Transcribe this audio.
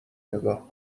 نگاه